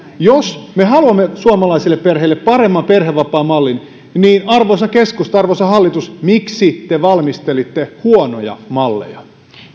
jos me haluamme suomalaisille perheille paremman perhevapaamallin niin arvoisa keskusta arvoisa hallitus miksi te valmistelitte huonoja malleja